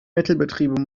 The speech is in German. mittelbetriebe